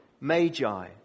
Magi